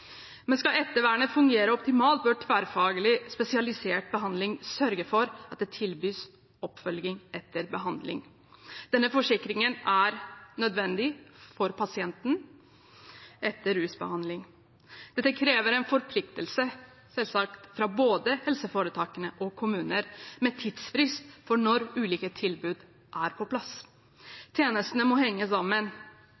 Men skal ettervernet fungere optimalt, bør tverrfaglig spesialisert behandling sørge for at det tilbys oppfølging etter behandling. Denne forsikringen er nødvendig for pasienten etter rusbehandling. Dette krever selvsagt en forpliktelse fra både helseforetakene og kommunene med tidsfrist for når ulike tilbud skal være på plass.